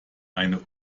eine